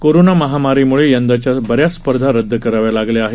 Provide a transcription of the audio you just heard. corona महामारी मुळे यंदाच्या बऱ्याच स्पर्धा रद्द कराव्या लागल्या आहेत